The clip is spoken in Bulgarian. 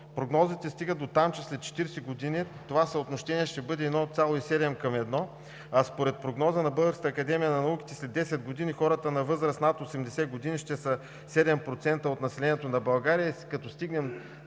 Прогнозите стигат дотам, че след 40 години това съотношение ще бъде 1,7 към едно, а според прогноза на Българската академия на науките след 10 години хората на възраст над 80 години ще са 7% от населението на България, като стигнем